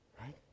right